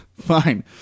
fine